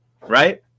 right